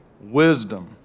wisdom